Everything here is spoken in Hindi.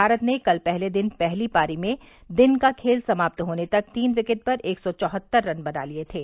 भारत ने कल पहले दिन पहली पारी में दिन का खेल समाप्त होने तक तीन विकेट पर एक सौ चौहत्तर रन बना लिए थे